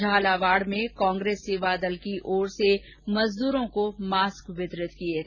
झालावाड में कांग्रेस सेवादल की ओर से मजदूरों को मास्क का वितरण किया गया